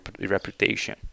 reputation